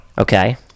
Okay